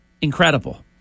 Incredible